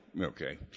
Okay